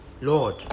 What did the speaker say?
lord